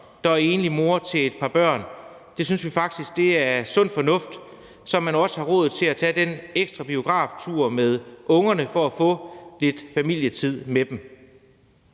der er enlig mor til et par børn. Det synes vi faktisk er sund fornuft, så man også har råd til at tage den ekstra biograftur med ungerne for at få lidt familietid med dem.